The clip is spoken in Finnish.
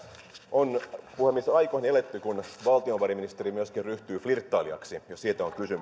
on puhemies aikoihin eletty kun valtiovarainministeri myöskin ryhtyy flirttailijaksi siitä on kysymys